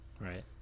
Right